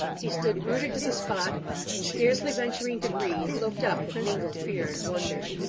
he stood rooted to the spot and scarcely venturing to breathe, looked up with mingled fear and wonder.